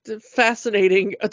fascinating